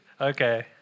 Okay